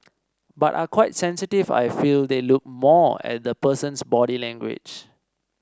but are quite sensitive I feel they look more at the person's body language